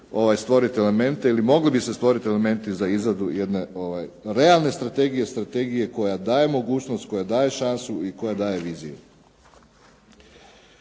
stvoriti elemente ili bi mogli bi se stvoriti elementi za izradu jedne realne strategije, strategije koja daje mogućnost, koja daje šansu i koja daje viziju.